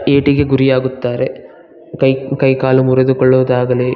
ಏಟಿಗೆ ಗುರಿಯಾಗುತ್ತಾರೆ ಕೈ ಕೈಕಾಲು ಮುರಿದು ಕೊಳ್ಳುವುದಾಗಲಿ